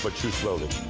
but chew slowly.